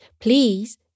please